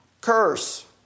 curse